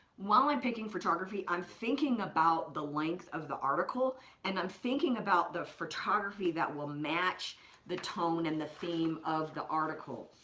while i'm picking photography, i'm thinking about the length of the article and i'm thinking about the photography that will match the tone and the theme of the article.